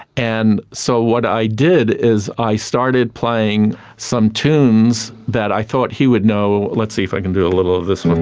and so what i did is i started playing some tunes that i thought he would know. let's see if i can do a little of this